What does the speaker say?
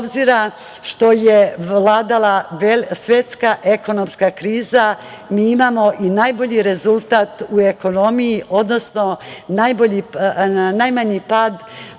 obzira što je vladala svetska ekonomska kriza, mi imamo i najbolji rezultat u ekonomiji, odnosno najmanji pad